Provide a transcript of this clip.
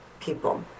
people